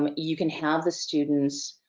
um you can have the students